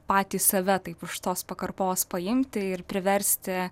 patį save taip už tos pakarpos paimti ir priversti